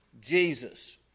Jesus